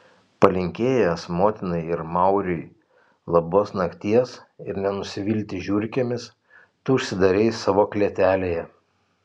palinkėjęs motinai ir mauriui labos nakties ir nenusivilti žiurkėmis tu užsidarei savo klėtelėje